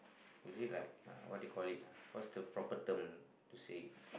is it like uh what do you call it ah what's the proper term to say it